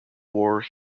war